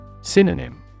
Synonym